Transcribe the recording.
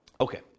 Okay